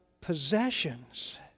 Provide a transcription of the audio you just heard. possessions